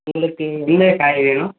உங்களுக்கு என்ன காய் வேணும்